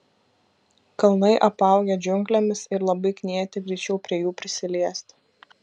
kalnai apaugę džiunglėmis ir labai knieti greičiau prie jų prisiliesti